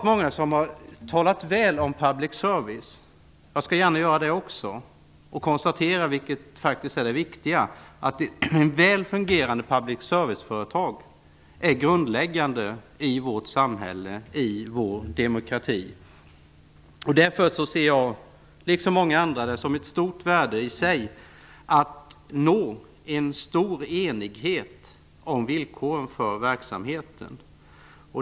Många har talat väl om public service. Jag skall gärna göra det också och konstatera, vad som faktiskt är det viktiga, att väl fungerande public serviceföretag är grundläggande i vårt samhälle och i vår demokrati. Därför ser jag, liksom många andra, ett stort värde i sig att nå en stor enighet om villkoren för verksamheten.